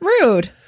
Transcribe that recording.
rude